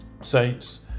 Saints